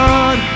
God